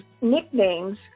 nicknames